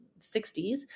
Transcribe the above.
60s